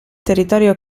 territorio